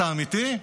אתה אמיתי?